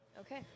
Okay